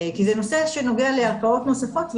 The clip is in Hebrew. כי זה נושא שנוגע לערכאות נוספות.